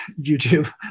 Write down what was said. YouTube